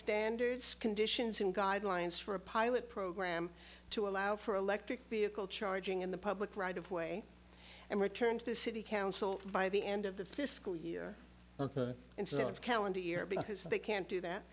standards conditions and guidelines for a pilot program to allow for electric vehicle charging in the public right of way and return to the city council by the end of the fiscal year of calendar year because they can't do that